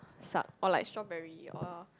suck or like strawberry or